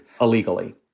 illegally